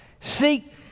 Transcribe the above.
seek